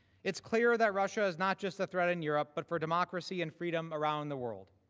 it is clear that rush is not just a threat in europe but for democracy and freedom around the world.